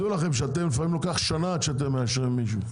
לפעמים לוקח שנה עד שאתם מאשרים מישהו.